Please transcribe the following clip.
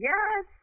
Yes